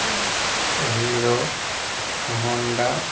Hero Honda